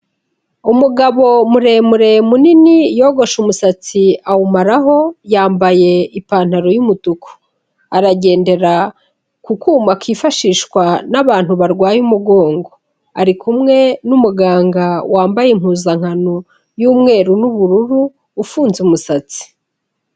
Umugabo muremure munini yogoshe umusatsi awumaraho, yambaye ipantaro y'umutuku, aragendera ku kuma kifashishwa n'abantu barwaye umugongo, ari kumwe n'umuganga wambaye impuzankano y'umweru n'ubururu ufunze umusatsi.